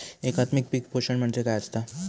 एकात्मिक पीक पोषण म्हणजे काय असतां?